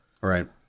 right